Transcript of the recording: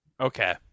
Okay